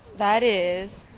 that is